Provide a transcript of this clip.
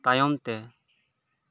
ᱛᱟᱭᱚᱢ ᱛᱮ